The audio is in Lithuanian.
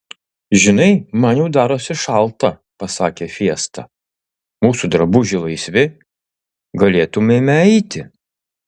žinai man jau darosi šalta pasakė fiesta mūsų drabužiai laisvi galėtumėme eiti